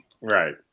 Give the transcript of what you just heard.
Right